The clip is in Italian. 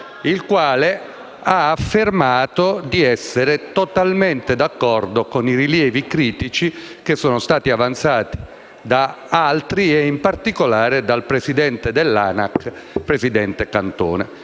Questi ha affermato di essere totalmente d'accordo con i rilievi critici che sono stati avanzati da altri ed in particolare dal presidente dell'Anac Cantone.